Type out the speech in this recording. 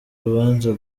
urubanza